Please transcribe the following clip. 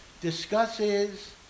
discusses